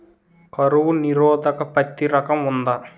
కరువు నిరోధక పత్తి రకం ఉందా?